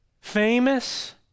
famous